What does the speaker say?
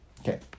Okay